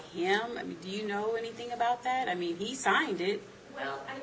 do you know anything about that i mean he signed it will